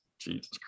Jesus